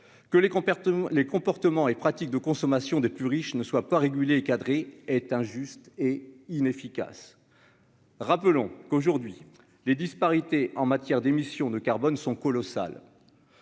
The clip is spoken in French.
tous les comportements et pratiques de consommation des plus riches ne soit pas réguler cadré est injuste et inefficace. Rappelons qu'aujourd'hui les disparités en matière d'émission de carbone sont colossales